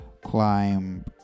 climb